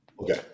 Okay